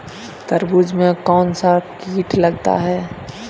तरबूज में कौनसा कीट लगता है?